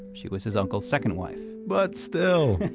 she was his uncle's second wife but still!